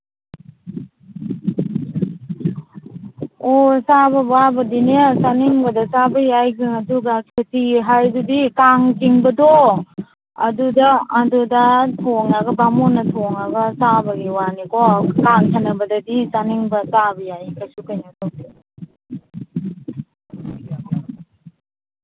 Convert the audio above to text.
ꯑꯣ ꯆꯥꯕꯒꯤ ꯋꯥꯕꯨꯗꯤꯅꯦ ꯆꯥꯅꯤꯡꯕꯇ ꯆꯥꯕ ꯌꯥꯏ ꯑꯗꯨꯒ ꯈꯦꯆꯤ ꯍꯥꯏꯗꯨꯗꯤ ꯀꯥꯡ ꯆꯤꯡꯕꯗꯣ ꯑꯗꯨꯗ ꯊꯣꯡꯉꯒ ꯕꯥꯃꯣꯟꯅ ꯊꯣꯡꯉꯒ ꯆꯥꯕꯒꯤ ꯋꯥꯅꯤꯀꯣ ꯀꯥꯡ ꯁꯥꯟꯅꯕꯗꯗꯤ ꯆꯥꯅꯤꯡꯕ ꯆꯥꯕ ꯌꯥꯏꯌꯦ ꯀꯩꯁꯨ ꯀꯩꯅꯣ ꯇꯧꯗꯦ